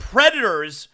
Predators